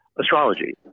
astrology